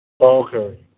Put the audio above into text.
Okay